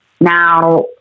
Now